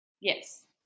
yes